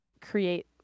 create